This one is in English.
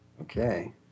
Okay